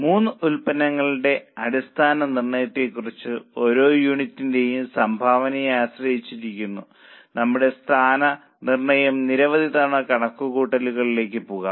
മൂന്ന് ഉൽപ്പന്നങ്ങളുടെ സ്ഥാനനിർണയത്തെക്കുറിച്ച് ഓരോ യൂണിറ്റിന്റെയും സംഭാവനയെ ആശ്രയിച്ചിരിക്കുന്ന നമ്മളുടെ സ്ഥാനനിർണയം നിരവധി തവണ കണക്കുകൂട്ടലുകളിലേക്ക് പോകും